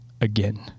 again